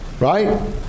right